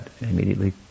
immediately